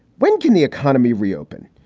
when can the economy reopen?